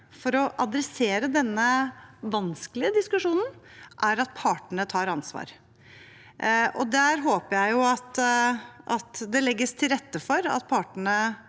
for å ta tak i denne vanskelige diskusjonen er at partene tar ansvar. Der håper jeg at det legges til rette for at partene